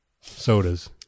sodas